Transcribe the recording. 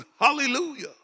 Hallelujah